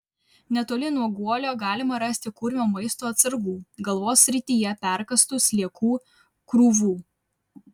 netoli nuo guolio galima rasti kurmio maisto atsargų galvos srityje perkąstų sliekų krūvų